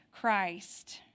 Christ